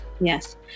Yes